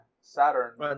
Saturn